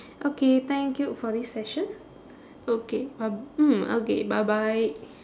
okay thank you for this session okay bye mm okay bye bye